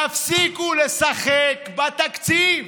תפסיקו לשחק בתקציב.